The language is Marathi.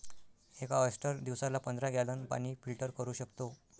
एक ऑयस्टर दिवसाला पंधरा गॅलन पाणी फिल्टर करू शकतो